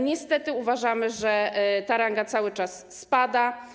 Niestety uważamy, że ta ranga cały czas spada.